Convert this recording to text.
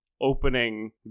opening